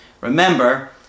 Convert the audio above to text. Remember